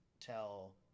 tell